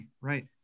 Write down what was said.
Right